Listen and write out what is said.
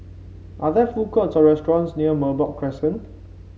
are there food courts or restaurants near Merbok Crescent